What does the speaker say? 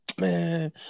Man